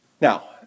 Now